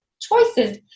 choices